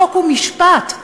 חוק ומשפט,